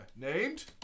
named